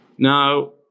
Now